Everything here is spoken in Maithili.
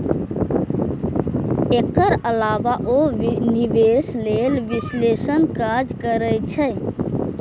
एकर अलावे ओ निवेश लेल विश्लेषणक काज करै छै